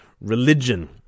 Religion